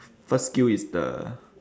first skill is the